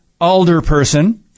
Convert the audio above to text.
Alderperson